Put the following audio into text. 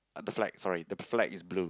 ah the flag sorry the flag is blue